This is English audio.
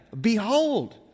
Behold